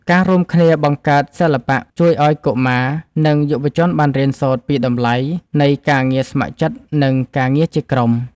ការរួមគ្នាបង្កើតសិល្បៈជួយឱ្យកុមារ និងយុវជនបានរៀនសូត្រពីតម្លៃនៃការងារស្ម័គ្រចិត្ត និងការងារជាក្រុម។